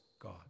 God